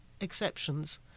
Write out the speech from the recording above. exceptions